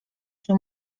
czy